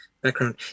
background